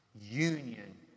Union